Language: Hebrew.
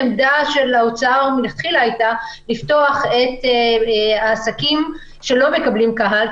העמדה של האוצר הייתה מלכתחילה לפתוח את העסקים שלא מקבלים קהל,